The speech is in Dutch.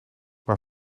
maar